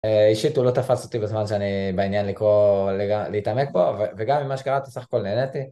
אישית הוא לא תפס אותי בזמן שאני בעניין לקרוא, להתעמק פה, וגם ממה שקראתי סך הכול נהניתי.